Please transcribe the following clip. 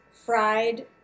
fried